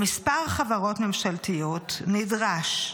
במספר חברות ממשלתיות נדרש,